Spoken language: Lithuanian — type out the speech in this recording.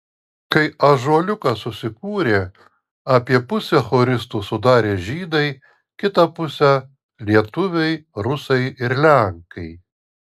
kai ąžuoliukas susikūrė apie pusę choristų sudarė žydai kitą pusę lietuviai rusai ir lenkai